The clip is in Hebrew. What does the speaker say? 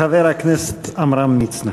חבר הכנסת עמרם מצנע.